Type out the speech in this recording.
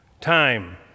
time